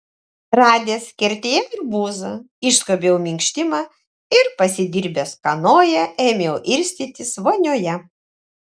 radęs kertėje arbūzą išskobiau minkštimą ir pasidirbęs kanoją ėmiau irstytis vonioje